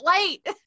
late